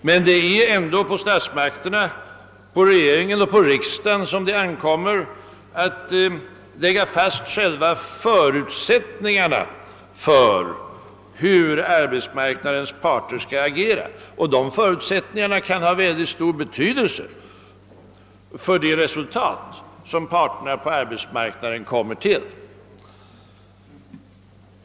Men det är ändå på statsmakterna, på regeringen och på riksdagen, som det ankommer att fastlägga själva förutsättningarna för hur arbetsmarknadens parter skall agera, och dessa förutsättningar har synnerligen stor betydelse för de resultat som parterna på arbetsmarknaden kommer till.